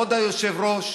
כבוד היושב-ראש,